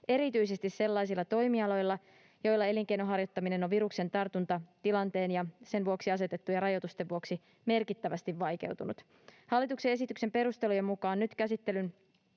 erityisesti sellaisilla toimialoilla, joilla elinkeinon harjoittaminen on viruksen tartuntatilanteen ja sen vuoksi asetettujen rajoitusten vuoksi merkittävästi vaikeutunut. Hallituksen esityksen perustelujen mukaan nyt käsitellyn